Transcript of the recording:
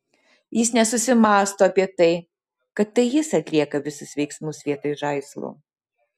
jis nesusimąsto apie tai kad tai jis atlieka visus veiksmus vietoj žaislų